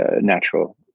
natural